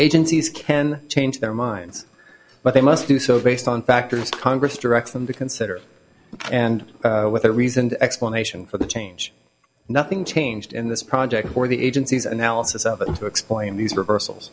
agencies can change their minds but they must do so based on factors congress directs them to consider and with a reasoned explanation for the change nothing changed in this project or the agency's analysis of it and to explain these reversal